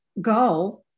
go